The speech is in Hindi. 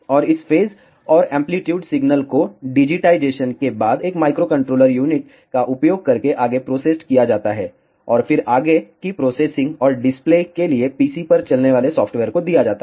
और इस फेज और एम्पलीटूड सिग्नल को डिजिटाइजेशन के बाद एक माइक्रोकंट्रोलर यूनिट का उपयोग करके आगे प्रोसेस्ड किया जाता है और फिर आगे की प्रोसेसिंग और डिस्प्ले के लिए PC पर चलने वाले सॉफ़्टवेयर को दिया जाता है